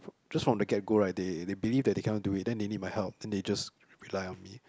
just from the get go right they they believe that they cannot do it then they need my help then they just rely on me